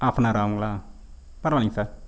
half an hour ஆகுங்களா பரவாயில்லிங்க sir